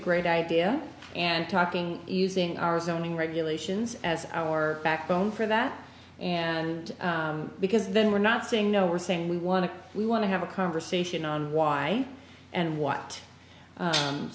idea and talking using our zoning regulations as our backbone for that and because then we're not saying no we're saying we want to we want to have a conversation on why and what